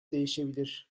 değişebilir